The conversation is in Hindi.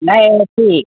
नहीं ए सी